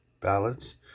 ballads